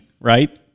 right